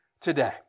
today